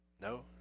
No